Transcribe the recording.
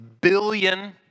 billion